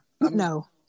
No